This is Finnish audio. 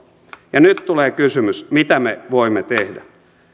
nyt tulee kysymys mitä me voimme tehdä